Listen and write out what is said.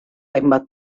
hainbat